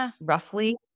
roughly